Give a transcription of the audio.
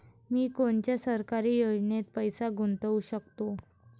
मी कोनच्या सरकारी योजनेत पैसा गुतवू शकतो?